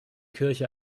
kirche